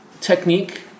technique